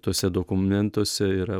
tuose dokumentuose yra